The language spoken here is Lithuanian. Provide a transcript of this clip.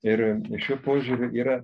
ir šiuo požiūriu yra